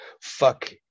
fuck